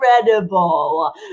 incredible